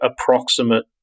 approximate